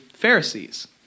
Pharisees